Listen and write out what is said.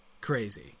crazy